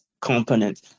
component